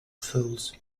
fools